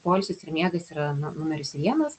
poilsis ir miegas yra na numeris vienas